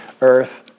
earth